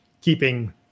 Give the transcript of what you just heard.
keeping